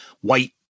white